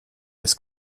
this